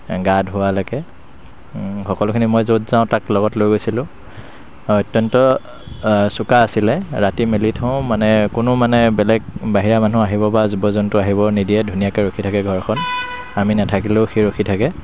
গা ধোৱালৈকে সকলোখিনি মই য'ত যাওঁ তাক লগত লৈ গৈছিলোঁ অত্যন্ত চোকা আছিলে ৰাতি মেলি থওঁ মানে কোনো মানে বেলেগে বাহিৰা মানুহ আহিব বা জীৱ জন্তু আহিব নিদিয়ে ধুনীয়াকৈ ৰখি থাকে ঘৰখন আমি নাথাকিলেও সি ৰখি থাকে